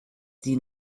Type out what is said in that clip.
die